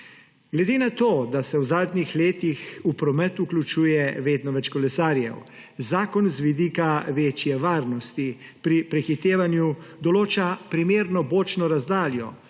Glede na to, da se v zadnjih letih v promet vključuje vedno več kolesarjev, zakon z vidika večje varnosti pri prehitevanju določa primerno bočno razdaljo,